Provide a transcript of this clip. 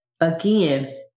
again